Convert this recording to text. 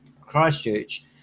Christchurch